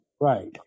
Right